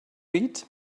eat